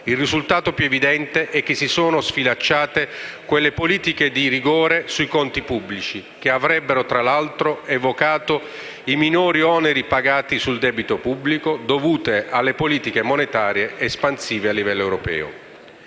Il risultato più evidente è che si sono sfilacciate quelle politiche di rigore sui conti pubblici, che avrebbero, tra l'altro, evocato i minori oneri pagati sul debito pubblico, dovuto alle politiche monetarie espansive a livello europeo.